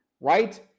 right